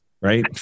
right